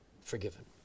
forgiven